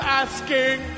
asking